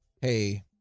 hey